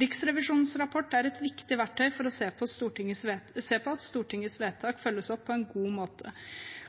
Riksrevisjonens rapport er et viktig verktøy for å se til at Stortingets vedtak følges opp på en god måte.